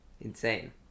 Insane